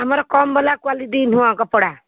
ଆମର କମ୍ ବାଲା କ୍ଵାଲିଟି ନୁହଁ କପଡ଼ା